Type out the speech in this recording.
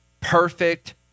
perfect